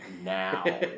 now